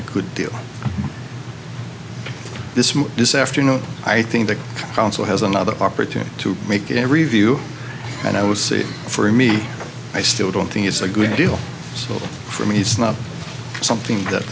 a good deal this move this afternoon i think the council has another opportunity to make every view and i would say for me i still don't think it's a good deal so for me it's not something that